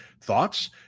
Thoughts